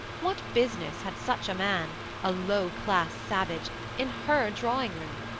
what business had such a man a low-class savage in her drawing-room?